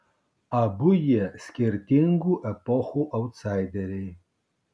abu jie skirtingų epochų autsaideriai